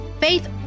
faith